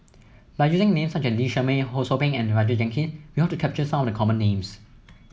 by using names such as Lee Shermay Ho Sou Ping and Roger Jenkins we hope to capture some of the common names